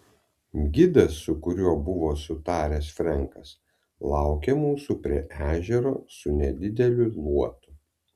gidas su kuriuo buvo sutaręs frenkas laukė mūsų prie ežero su nedideliu luotu